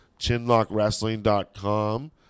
chinlockwrestling.com